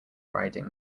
riding